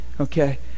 okay